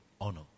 Honor